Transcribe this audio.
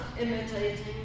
imitating